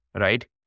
right